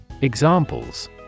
Examples